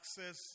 access